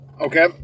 Okay